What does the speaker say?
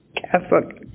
Catholic